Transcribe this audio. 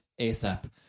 ASAP